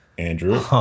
Andrew